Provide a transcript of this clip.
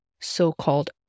so-called